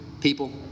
people